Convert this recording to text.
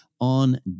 on